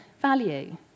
value